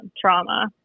trauma